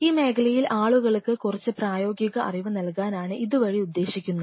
ഈ മേഖലയിൽ ആളുകൾക്ക് കുറച്ച് പ്രായോഗിക അറിവ് നൽകാനാണ് ഇതുവഴി ഉദ്ദേശിക്കുന്നത്